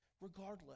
Regardless